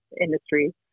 industry